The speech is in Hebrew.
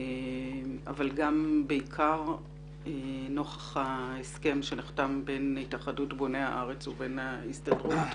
אבל בעיקר נוכח ההסכם שנחתם בין התאחדות בוני הארץ ובין ההסתדרות.